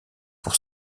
pour